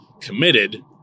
committed